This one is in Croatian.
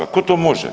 A tko to može?